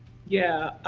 yeah,